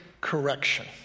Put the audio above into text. correction